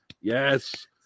yes